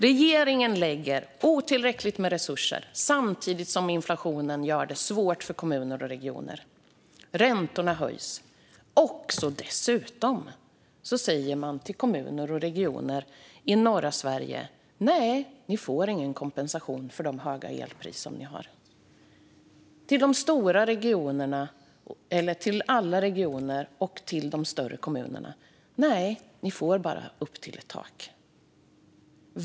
Regeringen lägger otillräckligt med resurser samtidigt som inflationen gör det svårt för kommuner och regioner. Räntorna höjs, och dessutom säger man till kommuner och regioner i norra Sverige att de inte ska få någon kompensation för de höga elpriser de har. Till alla regioner och de större kommunerna säger man: Nej, ni får bara upp till ett tak.